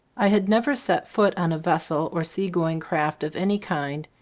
i had never set foot on a vessel or seagoing craft of any kind,